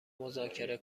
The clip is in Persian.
مذاکره